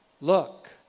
Look